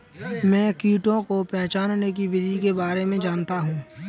मैं कीटों को पहचानने की विधि के बारे में जनता हूँ